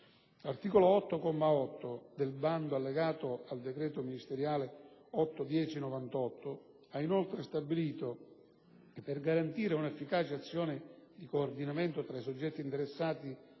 L'articolo 8, comma 8, del bando allegato al decreto ministeriale dell'8 ottobre 1998 ha inoltre stabilito che, per garantire una efficace azione di coordinamento tra i soggetti interessati